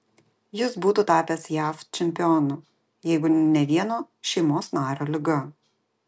jis būtų tapęs jav čempionu jeigu ne vieno šeimos nario liga